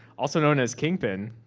also known as kingpin.